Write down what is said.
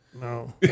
No